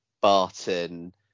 Barton